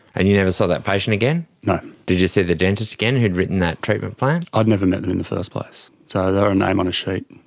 and you never saw that patient again? no. did you see the dentist again, who had written that treatment plan? i'd never met them in the first place, so they were a name on a sheet.